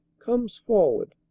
comes forward,